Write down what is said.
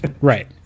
Right